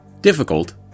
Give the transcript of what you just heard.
Difficult